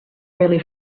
really